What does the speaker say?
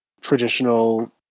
traditional